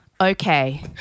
Okay